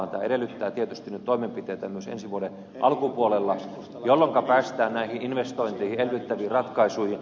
tämä edellyttää tietysti nyt toimenpiteitä myös ensi vuoden alkupuolella jolloinka päästään näihin investointeihin elvyttäviin ratkaisuihin